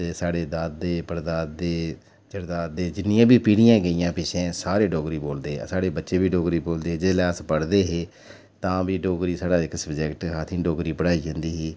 ते साढ़े दादे परदादे चड़दादे जिन्नियां बी पीढ़ियां गेइयां पिच्छें सारे डोगरी बोलदे हे साढ़े बच्चे बी डोगरी बोलदे त जेल्लै अस पढ़दे हे ते तां बी डोगरी साढ़ा इक सब्जैक्ट हा असें ई डोगरी पढ़ाई जंदी ही